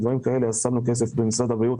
שמנו כסף במשרד הבריאות,